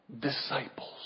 disciples